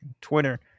Twitter